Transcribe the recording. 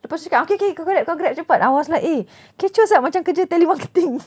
lepas tu cakap ah okay okay kau grab kau grab cepat I was like eh kecoh sia macam kerja telemarketing